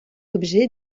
objet